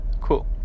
Cool